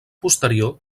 posterior